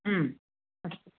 अस्तु